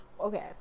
okay